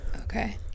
Okay